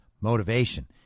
motivation